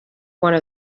one